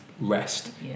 rest